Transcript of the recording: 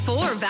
Four